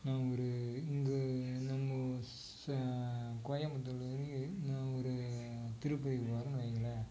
நான் ஒரு இந்த நம்ம ச கோயம்பத்தூர்லேருந்து நான் ஒரு திருப்பதி போகிறேன்னு வைங்களேன்